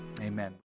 amen